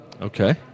Okay